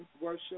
worship